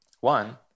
One